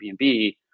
Airbnb